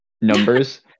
numbers